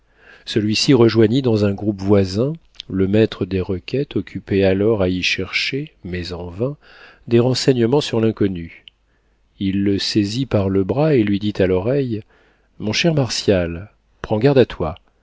celui-ci rejoignit dans un groupe voisin le maître des requêtes occupé alors à y chercher mais en vain des renseignements sur l'inconnue il le saisit par le bras et lui dit à l'oreille mon cher martial prends garde à toi